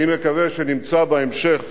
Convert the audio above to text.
אני מקווה שנמצא בהמשך